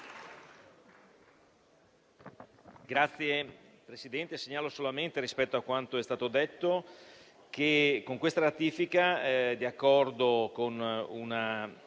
Grazie, Presidente.